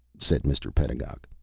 said mr. pedagog.